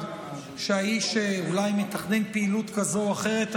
שהאיש אולי מתכנן פעילות כזאת או אחרת,